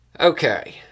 Okay